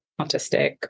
autistic